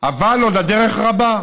אבל עוד הדרך רבה.